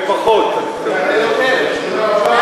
הרבה פחות, אתה מתכוון.